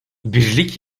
birlik